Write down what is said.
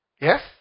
Yes